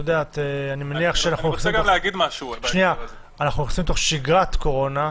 אנחנו נכנסים לתוך שגרת קורונה,